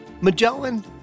Magellan